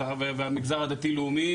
ובחברה הדתית-לאומית,